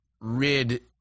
rid